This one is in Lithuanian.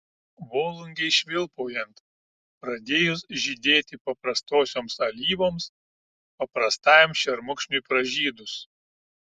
volungei švilpaujant pradėjus žydėti paprastosioms alyvoms paprastajam šermukšniui pražydus